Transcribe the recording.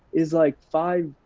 is like five